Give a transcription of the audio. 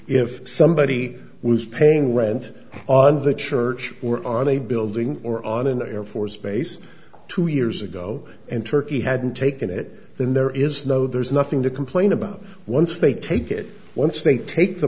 if somebody was paying rent on the church or on a building or on an air force base two years ago and turkey hadn't taken it then there is no there's nothing to complain about once they take it once they take the